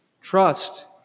Trust